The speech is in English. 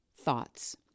thoughts